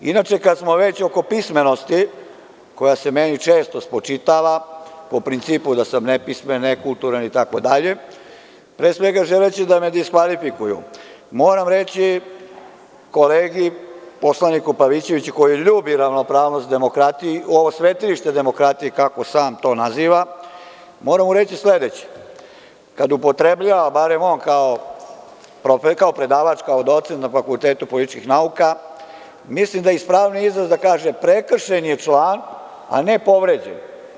Inače, kad smo već oko pismenosti, koja se meni često spočitava, po principu da sam nepismen, nekulturan itd, pre svega želeći da me diskvalifikuju, moram reći kolegi poslaniku Pavićeviću, koji ljubi ravnopravnost demokratiji, ovo svetilište demokratije, kako sam to naziva, moram mu reći sledeće – kada upotrebljava barem on, kao predavač, kao docent na Fakultetu političkih nauka, mislim da je ispravniji izraz da kaže „prekršen je član“, a ne „povređen“